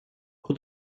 who